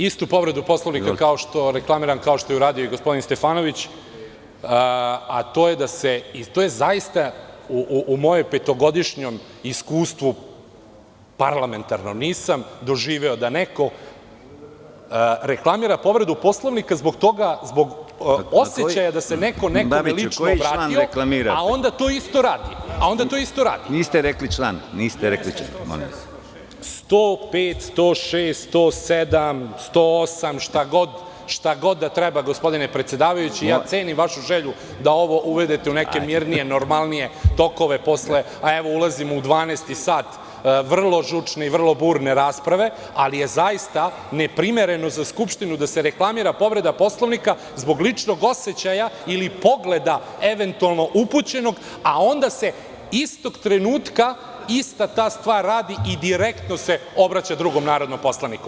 Istu povredu Poslovnika reklamiram, kao što je uradio i gospodin Stefanović, a to je zaista, u mojem petogodišnjem iskustvu parlamentarnom nisam doživeo, da neko reklamira povredu Poslovnika, zbog osećaja da se neko nekome lično obratio, a onda to isto radi. (Predsedavajući: Niste rekli član.) Član 105, 106, 107, 108, šta god da treba gospodine predsedavajući, ja cenim vašu želju da ovo uvedete u neke mirnije i normalnije tokove, a evo ulazimo u dvanaesti sat vrlo žučne i vrlo burne rasprave, ali je zaista neprimereno za Skupštinu da se reklamira povreda Poslovnika, zbog ličnog osećaja ili pogleda, eventualno upućenog, a onda se istog trenutka ista ta stvar radi i direktno se obraća drugom narodnom poslaniku.